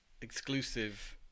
exclusive